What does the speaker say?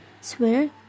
Swear